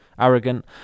Arrogant